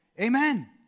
Amen